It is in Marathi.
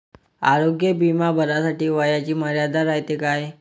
आरोग्य बिमा भरासाठी वयाची मर्यादा रायते काय?